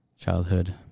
childhood